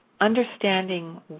understanding